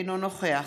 אינו נוכח